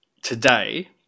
Today